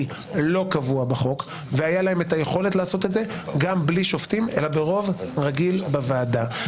שתהיה ארשת של ועדה מתוקנת.